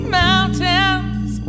mountains